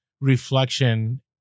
reflection